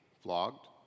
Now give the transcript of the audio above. Flogged